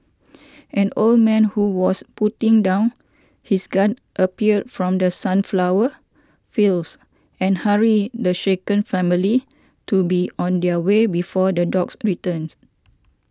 an old man who was putting down his gun appeared from the sunflower fields and hurried the shaken family to be on their way before the dogs returns